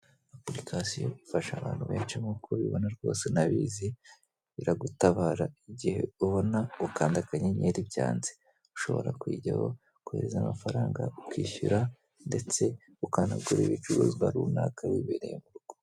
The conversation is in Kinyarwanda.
Apulikasiyo ifasha abantu benshi nk'uko ubibona rwose unabizi iragutabara igihe ubona gukanda kanda akanyenyeri byanze, ushobora kuyijyaho ukohereza amafaranga, ukishyura ndetse ukanagura ibicuruzwa runaka wibereye mu rugo.